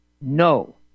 no